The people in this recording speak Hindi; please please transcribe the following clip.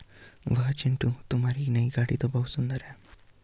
वाह चिंटू तुम्हारी नई गाड़ी तो बहुत सुंदर है